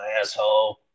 asshole